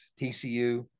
TCU